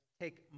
Take